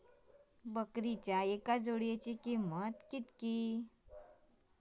बकरीच्या एका जोडयेची किंमत किती?